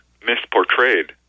misportrayed